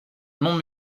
non